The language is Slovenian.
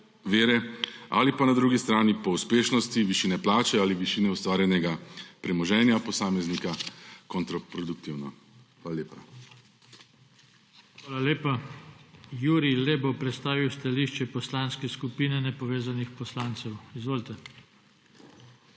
vere ali pa na drugi strani po uspešnosti, višini plače ali višini ustvarjenega premoženja posameznika kontraproduktivno. Hvala lepa. **PODPREDSEDNIK JOŽE TANKO:** Hvala lepa. Jurij Lep bo predstavil stališče Poslanske skupine nepovezanih poslancev. Izvolite.